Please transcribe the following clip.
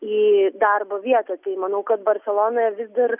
į darbo vietą tai manau kad barselonoje vis dar